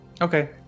Okay